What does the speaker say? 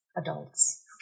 adults